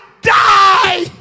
die